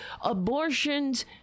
abortions